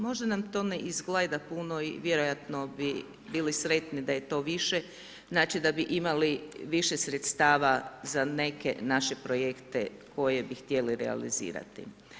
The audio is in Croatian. Možda nam to ne izgleda puno i vjerojatno bi bili sretni da je to više, znači da bi imali više sredstava za neke naše projekte, koje bi htjeli realizirati.